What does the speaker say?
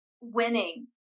winning